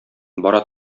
бара